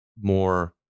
more